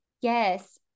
yes